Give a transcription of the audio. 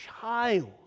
child